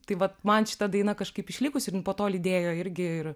tai vat man šita daina kažkaip išlikus ir jin po to lydėjo irgi ir